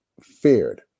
feared